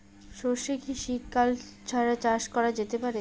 সর্ষে কি শীত কাল ছাড়া চাষ করা যেতে পারে?